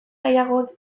nahiago